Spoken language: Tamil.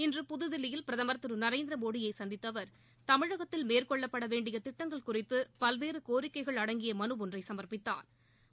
இன்று புதுதில்லியில் பிரதமர் திரு நரேந்திரமோடியை சந்தித்த அவர் தமிழகத்தில் மேற்கொள்ளப்பட வேண்டிய திட்டங்கள் குறித்து பல்வேறு கோரிக்கைகள் அடங்கிய மலு ஒன்றை சமாப்பித்தாா்